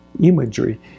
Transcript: imagery